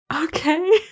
Okay